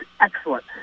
excellent